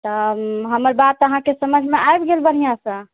तऽ हमर बात तऽ अहाँके समझमे आबि गेल बढ़ियासऽ